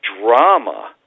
drama